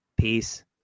peace